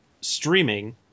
streaming